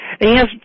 Yes